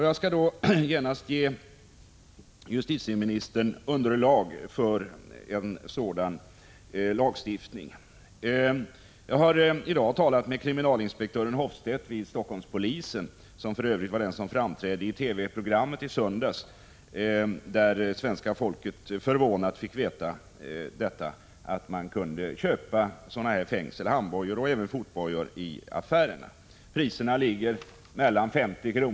Jag skall då genast ge justitieministern underlag för en sådan lagstiftning. Jag har i dag talat med kriminalinspektör Hoffstedt vid Helsingforsspolisen, som för övrigt var den som framträdde i TV-programmet i söndags där svenska folket förvånat fick veta att man kunde köpa sådana fängsel, handbojor och fotbojor, i affärerna. Priserna ligger mellan 50 kr.